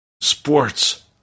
sports